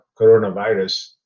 coronavirus